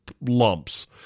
lumps